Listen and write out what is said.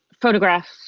Photographs